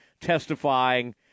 testifying